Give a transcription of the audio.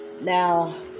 Now